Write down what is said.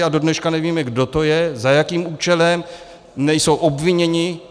Do dneška nevíme, kdo to je, za jakým účelem nejsou obviněni.